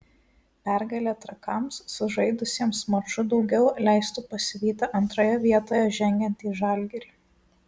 pergalė trakams sužaidusiems maču daugiau leistų pasivyti antroje vietoje žengiantį žalgirį